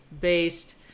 based